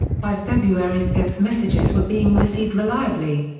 by february five messages were being received reliably.